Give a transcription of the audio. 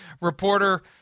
reporter